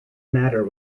matter